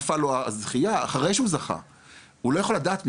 נפלה לו הזכייה והוא לא יכול לדעת מזה,